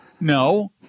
No